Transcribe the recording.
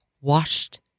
washed